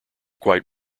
quite